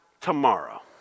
tomorrow